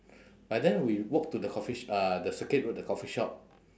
by then we walk to the coffee sh~ uh the circuit road the coffee shop